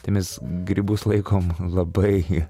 tai mes grybus laikom labai